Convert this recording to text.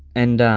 and